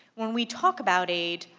when we talk about it,